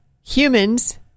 humans